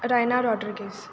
Raina Rodrigues